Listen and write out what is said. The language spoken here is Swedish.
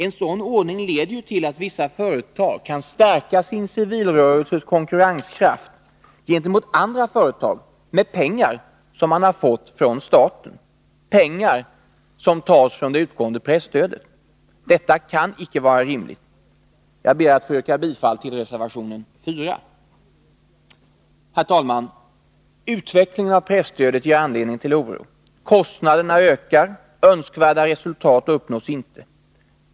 En sådan ordning leder till att vissa företag kan stärka sin civilrörelses konkurrenskraft gentemot andra företag med pengar som de fått från staten, pengar som tas från det utgående presstödet. Detta kan icke vara rimligt. Jag ber att få yrka bifall till reservationen 4. Herr talman! Utvecklingen av presstödet ger anledning till oro. Kostnaderna ökar, önskvärda resultat uppnås inte.